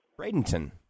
Bradenton